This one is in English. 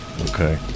Okay